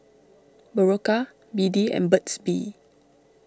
Berocca B D and Burt's Bee